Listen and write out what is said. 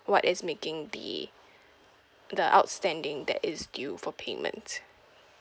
what is making the the outstanding that is due for payment